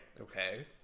Okay